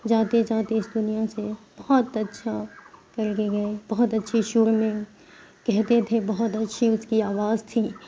جاتے جاتے اس دنیا سے بہت اچھا کر کے گئے بہت اچھے شعر میں کہتے تھے بہت اچھی اس کی آواز تھی